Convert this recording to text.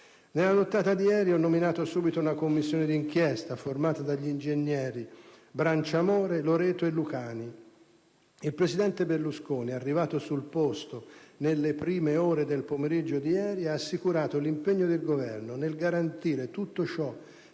Nella nottata di ieri ho nominato subito una Commissione di inchiesta formata dagli ingegneri Branciamore, Loreto e Lucani. Il presidente Berlusconi, arrivato sul posto nelle prime ore del pomeriggio di ieri, ha assicurato l'impegno del Governo nel garantire tutto ciò